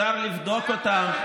אפשר לבדוק אותם.